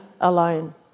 alone